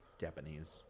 Japanese